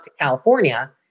California